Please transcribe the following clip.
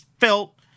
felt